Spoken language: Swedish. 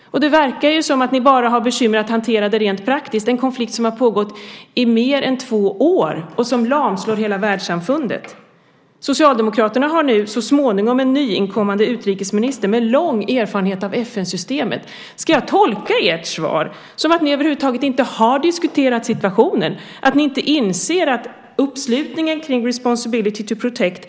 Det verkar som att ni bara har bekymmer med att hantera den rent praktiskt. Det är en konflikt som pågått i mer än två år och som lamslår hela världssamfundet. Socialdemokraterna har nu så småningom en nyinkommande utrikesminister med en lång erfarenhet av FN-systemet. Ska jag tolka ert svar som att ni över huvud taget inte har diskuterat situationen och att ni inte inser att det finns en uppslutning kring responsibility to protect ?